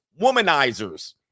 womanizers